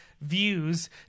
views